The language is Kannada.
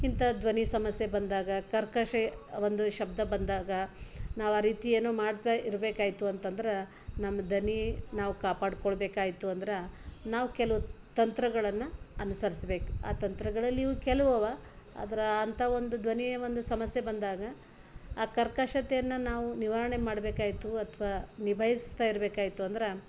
ಇಂಥ ಧ್ವನಿ ಸಮಸ್ಯೆ ಬಂದಾಗ ಕರ್ಕಶ ಒಂದು ಶಬ್ಧ ಬಂದಾಗ ನಾವು ಆ ರೀತಿ ಏನೋ ಮಾಡ್ತಾ ಇರಬೇಕಾಯ್ತು ಅಂತಂದ್ರೆ ನಮ್ಮ ದನಿ ನಾವು ಕಾಪಾಡಿಕೊಳ್ಬೇಕಾಯ್ತು ಅಂದ್ರೆ ನಾವು ಕೆಲವು ತಂತ್ರಗಳನ್ನು ಅನುಸರ್ಸಬೇಕ್ ಆ ತಂತ್ರಗಳಲ್ಲಿಯೂ ಕೆಲುವು ಅವ ಆದ್ರೆ ಅಂಥ ಒಂದು ಧ್ವನಿಯ ಒಂದು ಸಮಸ್ಯೆ ಬಂದಾಗ ಆ ಕರ್ಕಶತೆಯನ್ನು ನಾವು ನಿವಾರಣೆ ಮಾಡಬೇಕಾಯ್ತು ಅಥವಾ ನಿಭಾಯಿಸ್ತಾ ಇರಬೇಕಾಯ್ತು ಅಂದ್ರೆ